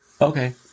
Okay